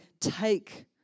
take